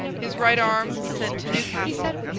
his right arm was sent to newcastle,